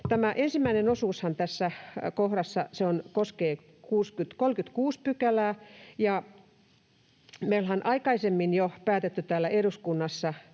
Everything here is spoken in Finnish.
Tämä ensimmäinen osuushan tässä kohdassa koskee 36 §:ää. Mehän olemme aikaisemmin jo päättäneet täällä eduskunnassa